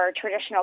traditional